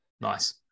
nice